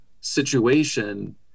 situation